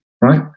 right